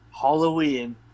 Halloween